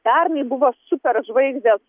pernai buvo super žvaigždės